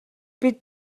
бид